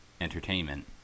entertainment